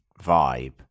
vibe